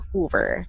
Hoover